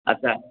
ଆଚ୍ଛା